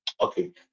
Okay